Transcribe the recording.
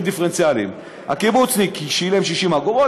דיפרנציאליים: הקיבוצניק שילם 60 אגורות,